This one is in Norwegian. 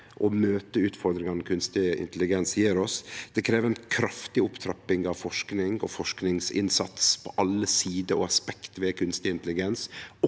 å møte utfordringane kunstig intelligens gjev oss. Det krev ei kraftig opptrapping av forsking og forskingsinnsats med tanke på alle sider og aspekt ved kunstig intelligens,